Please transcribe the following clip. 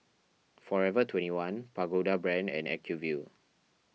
forever twenty one Pagoda Brand and Acuvue